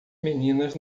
meninas